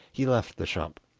he left the shop,